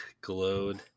glowed